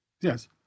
Yes